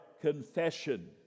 confession